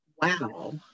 wow